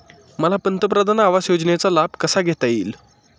मला पंतप्रधान आवास योजनेचा लाभ कसा घेता येईल?